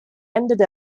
ended